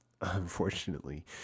unfortunately